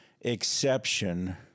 exception